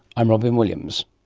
i'm robyn williams